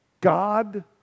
God